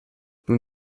nun